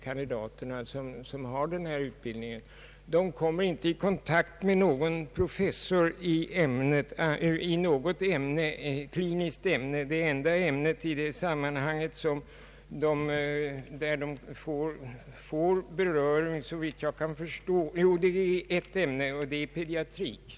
Kandidaterna i denna utbildning kommer inte i kontakt med någon professor i något annat kliniskt ämne än pediatrik och, såvitt jag kan förstå, i socialmedicin.